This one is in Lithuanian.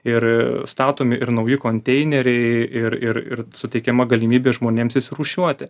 ir statomi ir nauji konteineriai ir ir ir suteikiama galimybė žmonėms išsirūšiuoti